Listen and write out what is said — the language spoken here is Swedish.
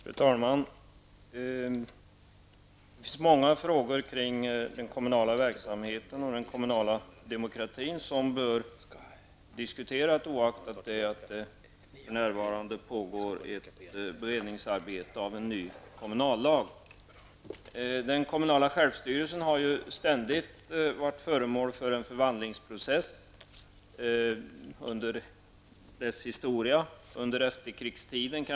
Fru talman! Det finns många frågor kring den kommunala verksamheten och den kommunala demokratin som bör diskuteras, oaktat att det för närvarande pågår ett beredningsarbete för en ny kommunallag. Den kommunala självstyrelsen har under hela sin historia ständigt varit föremål för en förvandlingsprocess. Det har kanske hänt allra mest under efterkrigstiden.